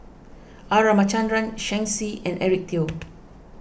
R Ramachandran Shen Xi and Eric Teo